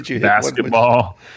basketball